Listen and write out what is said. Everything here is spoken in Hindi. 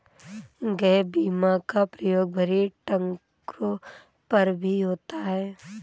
गैप बीमा का प्रयोग भरी ट्रकों पर भी होता है